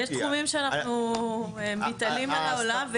יש תחומים שבהם אנחנו מתעלים על העולם,